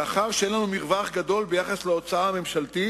מאחר שאין לנו מרווח גדול ביחס להוצאה הממשלתית